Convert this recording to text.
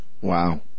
Wow